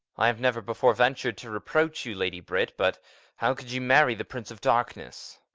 i have never before ventured to reproach you, lady brit but how could you marry the prince of darkness?